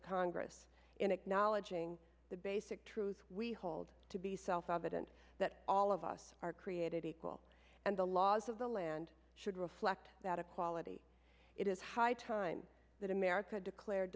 the congress in acknowledging the basic truths we hold to be self evident that all of us are created equal and the laws of the land should reflect that equality it is high time that america declared